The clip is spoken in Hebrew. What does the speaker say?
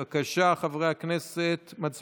בבקשה, חברי הכנסת, מצביעים.